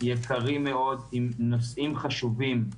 יקרים מאוד עם נושאים חשובים.